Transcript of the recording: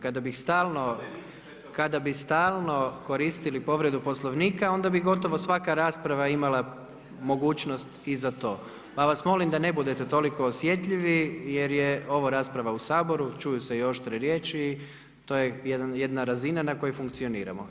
Kada bih stalno koristili povredu poslovnika onda bi gotovo svaka rasprava imala mogućnost i za to, pa vas molim da ne budete toliko osjetljivi jer je ovo rasprava u Saboru, čuju se i oštre riječi to je jedna razina na kojoj funkcioniramo.